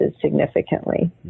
significantly